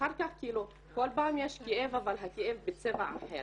אחר כך יש כל פעם כאב אבל הכאב בצבע אחר.